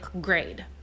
grade